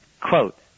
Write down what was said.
quote